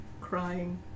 crying